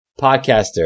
podcaster